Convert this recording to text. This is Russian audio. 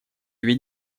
две